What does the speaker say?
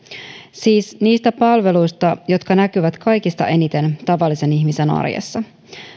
siis niistä palveluista jotka näkyvät kaikista eniten tavallisen ihmisen arjessa